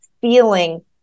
feeling